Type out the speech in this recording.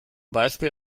beispiel